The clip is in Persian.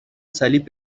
صلیب